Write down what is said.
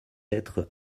être